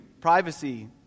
privacy